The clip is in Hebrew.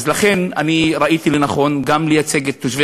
לכן ראיתי לנכון גם לייצג את תושבי